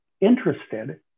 interested